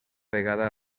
vegada